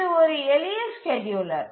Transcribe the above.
இது ஒரு எளிய ஸ்கேட்யூலர்